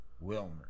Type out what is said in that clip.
Wilmer